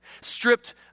stripped